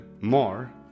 more